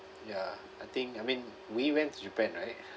ya I think I mean we went to japan right